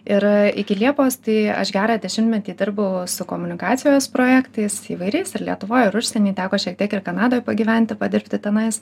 ir iki liepos tai aš gerą dešimtmetį dirbau su komunikacijos projektais įvairiais ir lietuvoj ir užsieny teko šiek tiek ir kanadoj pagyventi padirbti tenais